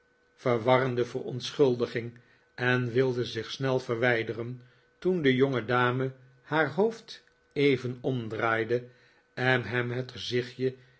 verwarde verontschuldiging en wilde zich snel verwijderen toen de jongedame haar hoofd even omdraaide en hem het gezichtje